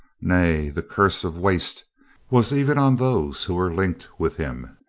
nay, the curse of waste was even on those who were linked with him.